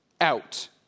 Out